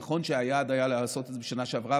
נכון שהיעד היה לעשות את זה בשנה שעברה,